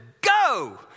go